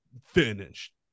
finished